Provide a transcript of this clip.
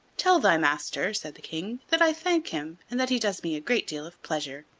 tell thy master, said the king, that i thank him and that he does me a great deal of pleasure.